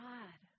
God